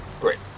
Great